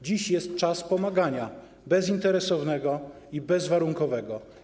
Dziś jest czas pomagania, bezinteresownego i bezwarunkowego.